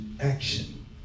action